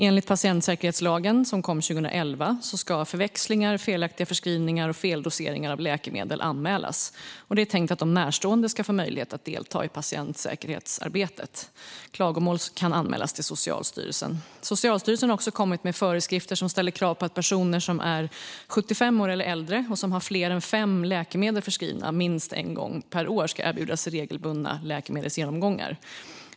Enligt patientsäkerhetslagen, som kom 2011, ska förväxlingar, felaktiga förskrivningar och feldoseringar av läkemedel anmälas. Det är tänkt att de närstående ska få möjlighet att delta i patientsäkerhetsarbetet. Klagomål kan anmälas till Socialstyrelsen. Socialstyrelsen har också kommit med föreskrifter som ställer krav på att personer som är 75 år eller äldre och som har fler än fem läkemedel förskrivna minst en gång per år ska erbjudas regelbundna läkemedelsgenomgångar.